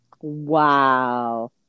Wow